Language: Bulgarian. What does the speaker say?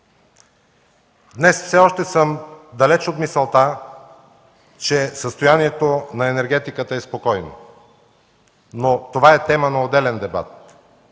Днес все още съм далеч от мисълта, че състоянието на енергетиката е спокойно, но това е тема на отделен дебат.